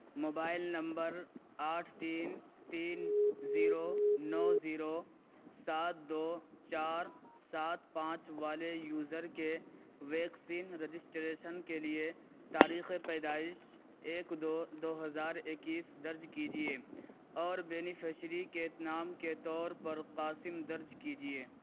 mobile number آٹھ تین تین زیرو نو زیرو سات دو چار سات پانچ والے یوزر کے ویکسین رجسٹریشن کے لیے تاریخ پیدائش ایک دو دو ہزار اکیس درج کیجیے اور بینیفشیری کے نام کے طور پر قاسم درج کیجیے